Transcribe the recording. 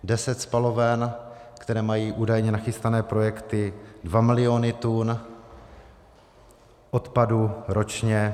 Deset spaloven, které mají údajně nachystané projekty, 2 miliony tun odpadu ročně.